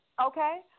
okay